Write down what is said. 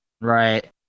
right